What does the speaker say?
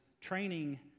training